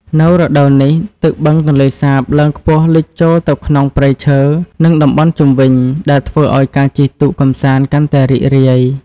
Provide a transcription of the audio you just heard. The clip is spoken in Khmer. នៅរដូវនេះ ទឹកបឹងទន្លេសាបឡើងខ្ពស់លិចចូលទៅក្នុងព្រៃឈើ និងតំបន់ជុំវិញ ដែលធ្វើឲ្យការជិះទូកកម្សាន្តកាន់តែរីករាយ។